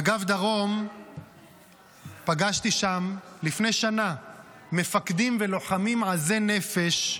במג"ב דרום פגשתי לפני שנה מפקדים ולוחמים עזי נפש,